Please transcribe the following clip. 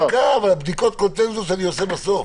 אבל בדיקות קונצנזוס אני עושה בסוף,